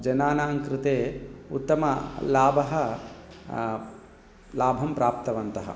जनानाङ्कृते उत्तमः लाभः लाभं प्राप्तवन्तः